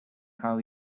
how